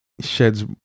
sheds